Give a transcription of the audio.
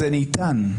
זה ניתן.